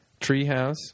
Treehouse